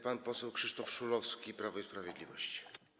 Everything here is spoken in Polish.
Pan poseł Krzysztof Szulowski, Prawo i Sprawiedliwość.